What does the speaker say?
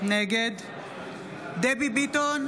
נגד דבי ביטון,